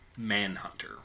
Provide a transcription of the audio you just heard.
Manhunter